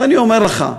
אני אומר לך,